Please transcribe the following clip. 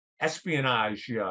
espionage